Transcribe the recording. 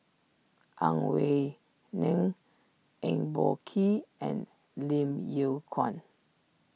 Ang Wei Neng Eng Boh Kee and Lim Yew Kuan